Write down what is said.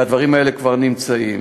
והדברים האלה כבר נמצאים.